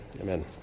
Amen